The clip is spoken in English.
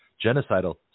Genocidal